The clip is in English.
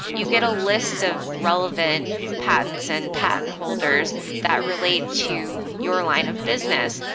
you get a list of relevant patents and patent holders that relate to your line of business.